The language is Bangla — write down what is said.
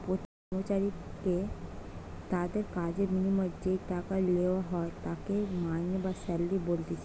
প্রত্যেক কর্মচারীকে তাদির কাজের বিনিময়ে যেই টাকা লেওয়া হয় তাকে মাইনে বা স্যালারি বলতিছে